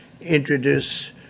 introduce